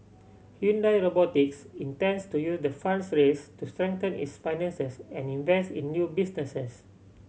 Hyundai Robotics intends to use the funds raise to strengthen its finances and invest in new businesses